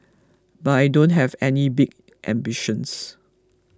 but I don't have any big ambitions